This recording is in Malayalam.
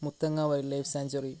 Muthanga wildlife sanctuary